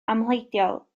amhleidiol